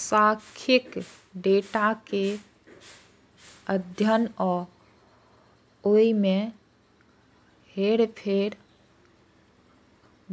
सांख्यिकी डेटा के अध्ययन आ ओय मे हेरफेर